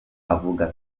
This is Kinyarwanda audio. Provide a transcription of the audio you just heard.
avuga